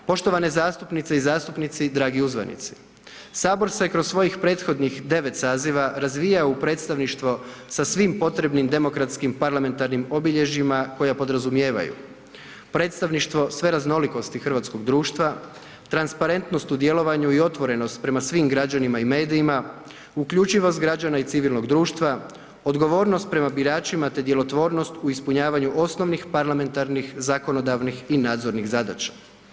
Poštovane zastupnice i zastupnici, dragi uzvanici, Sabor se kroz svojih prethodnih 9 saziva razvija u predstavništvo sa svim potrebnim demokratskim parlamentarnim obilježjima koja podrazumijevaju predstavništvo sveraznolikosti hrvatskog društva, transparentnost u djelovanju i otvorenost prema svim građanima i medijima, uključivost građana i civilnog društva, odgovornost prema biračima te djelotvornost u ispunjavanju osnovnih parlamentarnih, zakonodavnih i nadzornih zadaća.